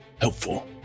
helpful